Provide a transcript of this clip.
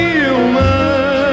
human